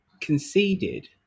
conceded